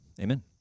Amen